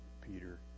Peter